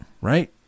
Right